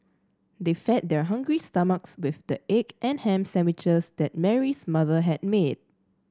they fed their hungry stomachs with the egg and ham sandwiches that Mary's mother had made